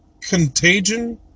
Contagion